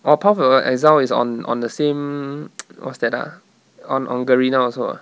orh path of exile is on on the same what's that ah on on garena also ah